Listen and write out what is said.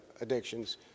addictions